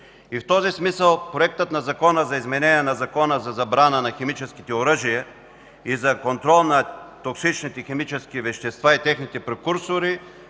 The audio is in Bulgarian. В този смисъл Проектът на Закона за изменение на Закона за забрана на химическите оръжия и за контрол на токсичните химически вещества и техните прекурсори,